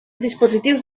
dispositius